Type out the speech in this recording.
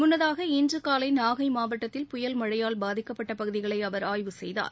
முன்னதாக இன்று காலை நாகை மாவட்டத்தில் புயல் மழையால் பாதிக்கப்பட்ட பகுதிகளை அவர் ஆய்வு செய்தார்